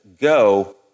go